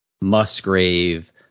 Musgrave